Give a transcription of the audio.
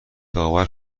داور